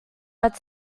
but